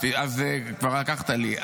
אז כבר לקחת לי.